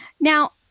Now